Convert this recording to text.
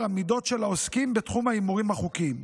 המידות של העוסקים בתחום ההימורים החוקיים.